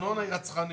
הארנונה היא רצחנית.